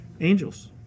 angels